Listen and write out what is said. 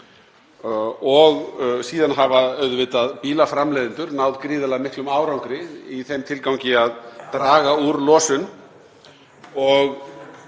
Síðan hafa auðvitað bílaframleiðendur náð gríðarlega miklum árangri í þeim tilgangi að draga úr losun.